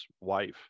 wife